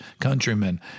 countrymen